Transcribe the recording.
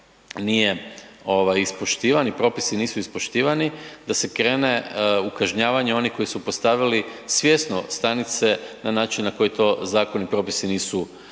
ovaj ispoštivan i propisi nisu ispoštivani da se krene u kažnjavanje onih koji su postavili svjesno stanice na način na koji to zakon i propisi nisu, nisu